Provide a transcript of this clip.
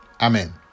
Amen